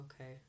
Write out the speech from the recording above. okay